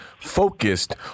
focused